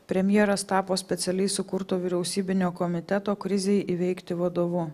premjeras tapo specialiai sukurto vyriausybinio komiteto krizei įveikti vadovu